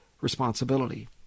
responsibility